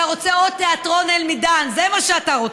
אתה רוצה עוד תיאטרון אל-מידאן, זה מה שאתה רוצה.